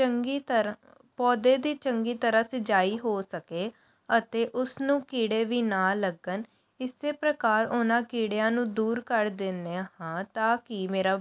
ਚੰਗੀ ਤਰ੍ਹਾਂ ਪੌਦੇ ਦੀ ਚੰਗੀ ਤਰ੍ਹਾਂ ਸਿੰਜਾਈ ਹੋ ਸਕੇ ਅਤੇ ਉਸਨੂੰ ਕੀੜੇ ਵੀ ਨਾ ਲੱਗਣ ਇਸੇ ਪ੍ਰਕਾਰ ਉਹਨਾਂ ਕੀੜਿਆਂ ਨੂੰ ਦੂਰ ਕਰ ਦਿੰਦੇ ਹਾਂ ਤਾਂ ਕਿ ਮੇਰਾ